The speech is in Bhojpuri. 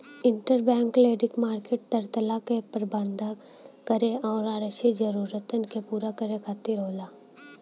इंटरबैंक लेंडिंग मार्केट तरलता क प्रबंधन करे आउर आरक्षित जरूरतन के पूरा करे खातिर होला